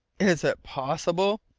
is it possible?